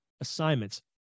assignments